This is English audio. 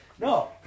No